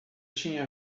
tinha